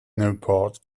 newport